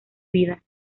vida